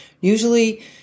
usually